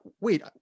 wait